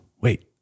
wait